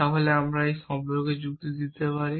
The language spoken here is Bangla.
তাহলে আমরা কীভাবে এটি সম্পর্কে যুক্তি দিতে পারি